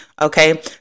Okay